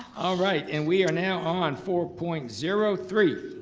all right and we are now on four point zero three.